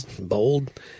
Bold